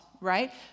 right